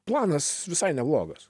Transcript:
planas visai neblogas